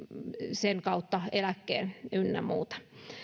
sen kautta eläkkeen ynnä muuta